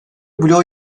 bloğa